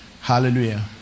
Hallelujah